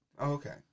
Okay